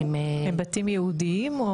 הם בתים ייעודיים?